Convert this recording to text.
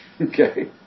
Okay